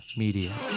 media